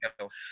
else